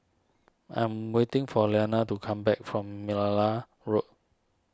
I am waiting for Iyana to come back from Merlala Road